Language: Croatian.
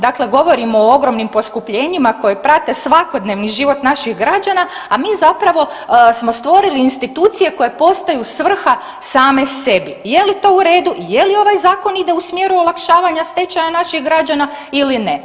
Dakle, govorimo o ogromnim poskupljenjima koje prate svakodnevni život naših građana, a mi zapravo smo stvorili institucije koje postaju svrha same sebi, je li to u redu, je li ovaj zakon ide u smjeru olakšavanja stečaja naših građana ili ne?